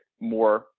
more